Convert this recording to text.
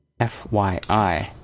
FYI